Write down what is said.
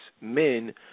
men